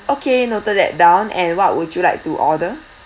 okay noted that down and what would you like to order